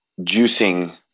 juicing